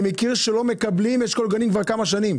אני מכיר שלא מקבלים אשכול גנים כבר כמה שנים.